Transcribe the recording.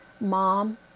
mom